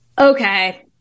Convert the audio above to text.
okay